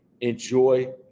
enjoy